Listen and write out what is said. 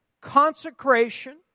consecration